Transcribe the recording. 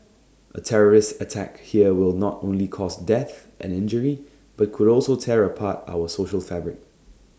A terrorist attack here will not only cause death and injury but could also tear apart our social fabric